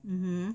hmm